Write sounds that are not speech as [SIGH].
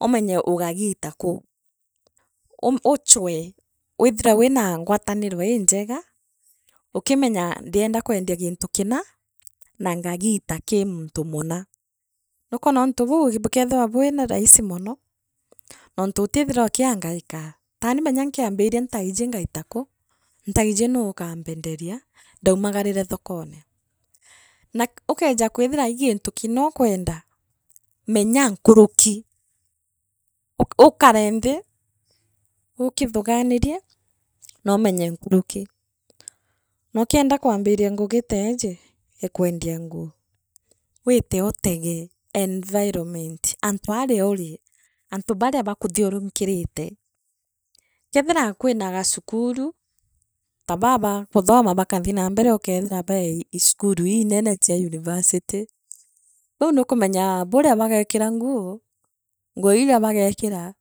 umenye ugagiita kuu uu [HESITATION] uume uuchwee withire wina ngwataniro injega, ukimenyaa ndienda kwenda ginyu kina na ngagita kii muntu muna nukwona untu bau buke bekeethira bwina rahisi mono nontu utiithira ukiangaika tani menya nkianjiria ntaiji ngaita kuu ntaiji nuu ugampenderia ndaumagarire thokone. Na ukenja kwithire ii gitu kina ukwenda menya nkuruki [HESITATION] u u ukane nthi ukithugaririe naumenye nkuruki nookienda kwanjiria ngugi teeji ee kwendia nguu wiite utege environment antuo ana uri antu baria bakuthiurunkirite keethira kwina gacukuru ta baa linenene aa university bau nukamenya buria bageekura nguu nguu iria bagukuria.